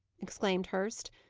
exclaimed hurst.